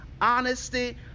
honesty